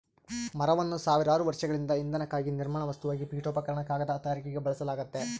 ಮರವನ್ನು ಸಾವಿರಾರು ವರ್ಷಗಳಿಂದ ಇಂಧನಕ್ಕಾಗಿ ನಿರ್ಮಾಣ ವಸ್ತುವಾಗಿ ಪೀಠೋಪಕರಣ ಕಾಗದ ತಯಾರಿಕೆಗೆ ಬಳಸಲಾಗ್ತತೆ